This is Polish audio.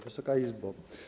Wysoka Izbo!